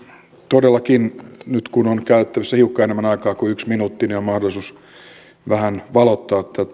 todellakin nyt kun on käytettävissä hiukan enemmän aikaa kuin yksi minuutti niin on mahdollisuus vähän valottaa näitä